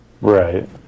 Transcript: Right